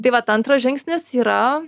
tai vat antras žingsnis yra